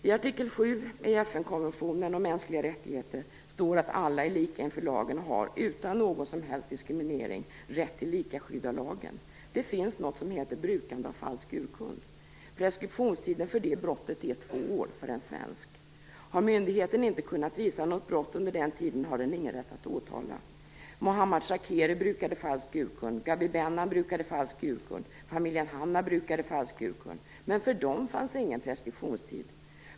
I artikel 7 i FN-konventionen om mänskliga rättigheter står det att alla är lika inför lagen och har - utan någon som helst diskriminering - rätt till lika skydd av lagen. Det finns något som heter brukande av falsk urkund. Preskriptionstiden för det brottet är två år för en svensk. Har myndigheten inte kunnat visa något brott under den tiden har den ingen rätt att åtala. Mohammad Shakeri brukade falsk urkund, Gabi Benan brukade falsk urkund och familjen Hanna brukade falsk urkund. Men för dem gällde ingen preskriptionstid.